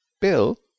Bill